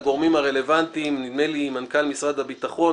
לגורמים הרלוונטיים נדמה לי למנכ"ל משרד הביטחון,